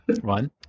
one